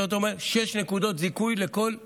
שש נקודות זיכוי לכל מפרנס,